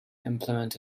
implement